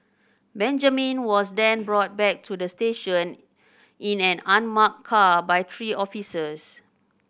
Benjamin was then brought back to the station in an unmarked car by three officers